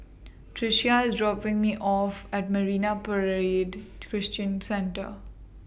Tricia IS dropping Me off At Marine Parade Christian Centre